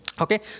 Okay